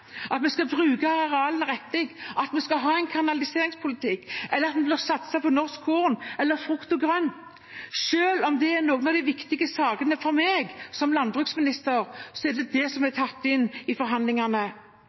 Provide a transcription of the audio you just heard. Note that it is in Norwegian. at vi skal bruke arealene riktig, at vi skal ha en kanaliseringspolitikk, eller at vi skal satse på norsk korn eller frukt og grønt – selv om det er noen av de viktige sakene for meg som landbruksminister. Og så er det dette som er tatt inn i forhandlingene. Det er Stortinget som